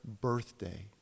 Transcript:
birthday